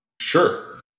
Sure